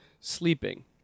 sleeping